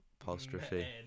apostrophe